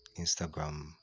Instagram